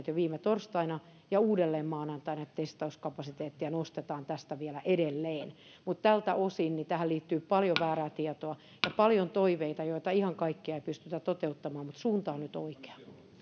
jo viime torstaina ja uudelleen maanantaina että testauskapasiteettia nostetaan tästä vielä edelleen mutta tältä osin tähän liittyy paljon väärää tietoa ja paljon toiveita joita ihan kaikkia ei pystytä toteuttamaan mutta suunta on nyt oikea